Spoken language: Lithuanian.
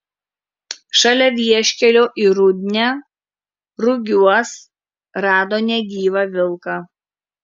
šalia vieškelio į rudnią rugiuos rado negyvą vilką